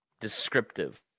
descriptive